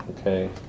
okay